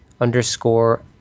underscore